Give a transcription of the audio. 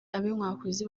ab’inkwakuzi